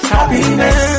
Happiness